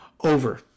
Over